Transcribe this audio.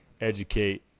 educate